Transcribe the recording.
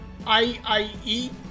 IIE